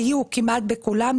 היו כמעט בכולם,